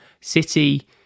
city